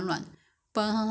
how do I don't know